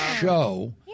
show